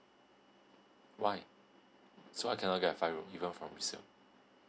why so I cannot get a five room even from resale